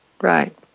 right